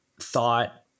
thought